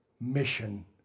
Mission